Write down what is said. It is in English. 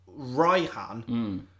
Raihan